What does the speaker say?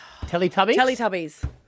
Teletubbies